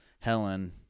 helen